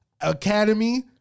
academy